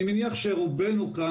אני מניח שרובנו כאן,